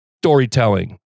storytelling